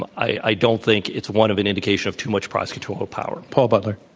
i don't think it's one of an indication of too much prosecutorial power. paul butler.